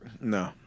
No